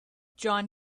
john